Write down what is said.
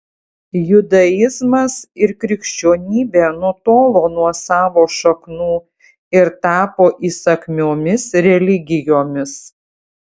judaizmas ir krikščionybė nutolo nuo savo šaknų ir tapo įsakmiomis religijomis